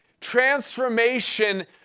Transformation